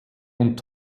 und